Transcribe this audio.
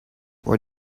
what